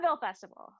festival